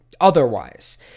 otherwise